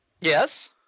yes